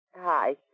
Hi